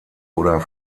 oder